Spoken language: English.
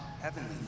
heavenly